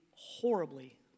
horribly